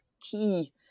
key